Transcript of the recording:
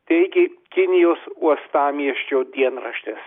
teigė kinijos uostamiesčio dienraštis